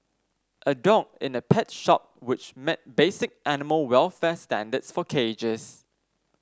a dog in a pet shop which met basic animal welfare standards for cages